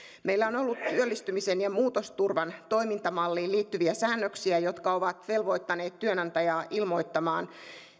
meillä on ollut työllistymisen ja muutosturvan toimintamalliin liittyviä säännöksiä jotka ovat velvoittaneet työnantajaa ilmoittamaan